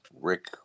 Rick